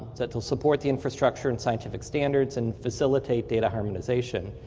that will support the infrastructure and scientific standards and facilitate data harmonization.